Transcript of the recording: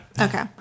Okay